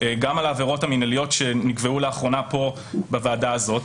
גם על העבירות המינהליות שנקבעו לאחרונה פה בוועדה הזאת.